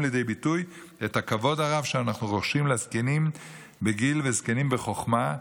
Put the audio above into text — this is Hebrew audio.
לידי ביטוי את הכבוד הרב שאנחנו רוחשים לזקנים בגיל ולזקנים בחוכמה.